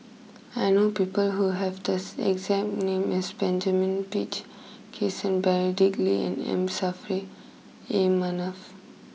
I know people who have this exact name as Benjamin Peach Keasberry Dick Lee and M Saffri A Manaf